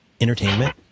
entertainment